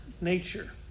nature